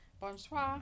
Bonsoir